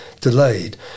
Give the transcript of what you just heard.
delayed